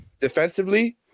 defensively